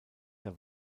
der